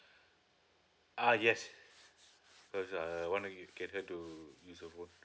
uh yes because uh to do some work